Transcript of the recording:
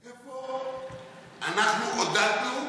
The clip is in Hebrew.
איפה אנחנו עודדנו